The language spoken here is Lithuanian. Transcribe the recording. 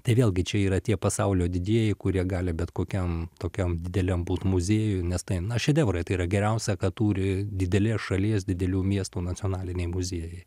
tai vėlgi čia yra tie pasaulio didieji kurie gali bet kokiam tokiam dideliam būt muziejuj nes tai na šedevrai tai yra geriausia ką turi didelės šalies didelių miestų nacionaliniai muziejai